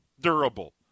durable